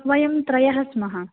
वयं त्रयः स्मः